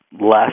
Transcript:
less